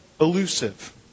elusive